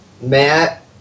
Matt